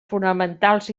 fonamentals